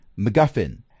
MacGuffin